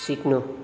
सिक्नु